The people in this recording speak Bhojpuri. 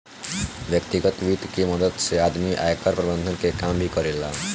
व्यतिगत वित्त के मदद से आदमी आयकर प्रबंधन के काम भी करेला